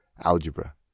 algebra